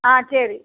ஆ சரி